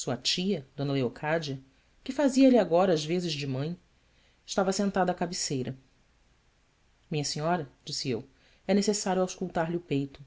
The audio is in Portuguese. sua tia d leocádia que fazialhe agora as vezes de mãe estava sentada à cabeceira inha senhora disse eu é necessário auscultar lhe o peito